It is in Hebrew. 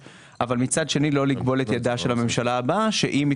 אבל מצד שני לא לכבול את ידי הממשלה הבאה כך שאם היא